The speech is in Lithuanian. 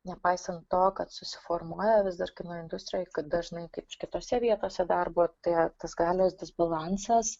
nepaisant to kad susiformuoja vis dar kino industrijoj kad dažnai kaip čia kitose vietose darbo tai tas galios disbalansas